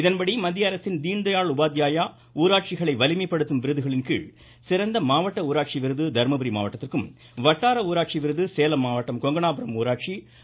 இதன்படி மத்தியஅரசின் தீன் தயாள் உபாத்யாயா ஊராட்சிகளை வலிமைப்படுத்தும் விருதுகளின்கீழ் சிறந்த மாவட்ட உளராட்சி விருது தருமபுரி மாவட்டத்திற்கும் வட்டார ஊராட்சி விருது சேலம் மாவட்டம் கொங்கனாபுரம் ஊராட்சி முதலமைச்சர்